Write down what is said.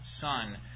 son